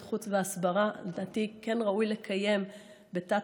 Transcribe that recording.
חוץ והסברה לדעתי כן ראוי לקיים בתת-הוועדה,